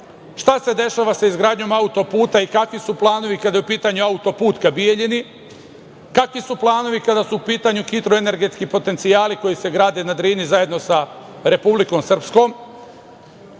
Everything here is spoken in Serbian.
Šta se dešava sa izgradnjom autoputa i kakvi su planovi kada je u pitanju autoput ka Bijeljini? Kakvi su planovi kada su u pitanju hidroenergetski potencijali koji se grade na Drini zajedno sa Republikom Srpskom